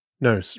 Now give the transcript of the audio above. no